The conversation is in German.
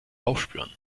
aufspüren